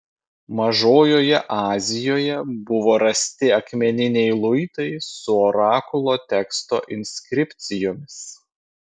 mažojoje azijoje buvo rasti akmeniniai luitai su orakulo teksto inskripcijomis